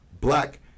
black